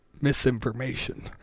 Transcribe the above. misinformation